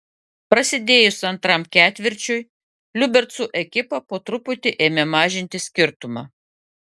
prasidėjus antram ketvirčiui liubercų ekipa po truputį ėmė mažinti skirtumą